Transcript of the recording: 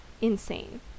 insane